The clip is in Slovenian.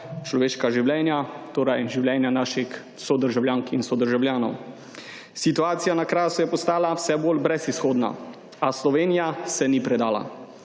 človeška življenja, torej življenja naših sodržavljank in sodržavljanov. Situacija na Krasu je postajala vse bolj brezizhodna, a Slovenija se ni predala.